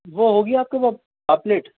وہ ہوگی آپ کے پاس پوپلیٹ